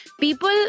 people